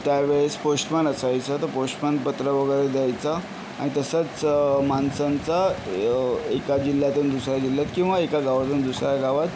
त्यावेळेस पोश्टमन असायचं तर पोश्टमन पत्र वगैरे द्यायचं आणि तसंच माणसांचा येव एका जिल्ह्यातून दुसऱ्या जिल्ह्यात किंवा एका गावातून दुसऱ्या गावात